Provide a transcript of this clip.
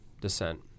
descent